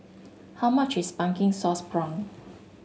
how much is pumpkin sauce prawn